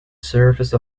surface